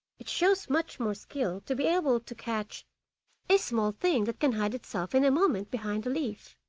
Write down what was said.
it shows much more skill to be able to catch a small thing that can hide itself in a moment behind a leaf.